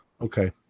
Okay